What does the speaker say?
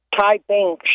typing